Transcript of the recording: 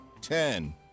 Ten